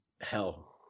hell